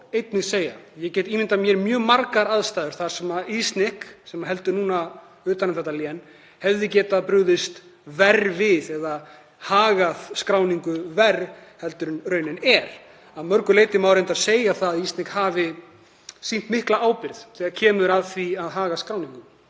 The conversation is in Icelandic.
einnig segja að ég get ímyndað mér mjög margar aðstæður þar sem ISNIC, sem heldur núna utan um þetta lén, hefði getað brugðist verr við eða hagað skráningu verr en raunin er. Að mörgu leyti má reyndar segja að ISNIC hafi sýnt mikla ábyrgð þegar kemur að því hvernig það hagar skráningu.